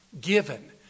given